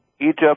egypt